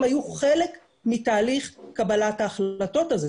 הם היו חלק מתהליך קבלת ההחלטות הזה,